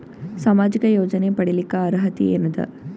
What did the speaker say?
ಸಾಮಾಜಿಕ ಯೋಜನೆ ಪಡಿಲಿಕ್ಕ ಅರ್ಹತಿ ಎನದ?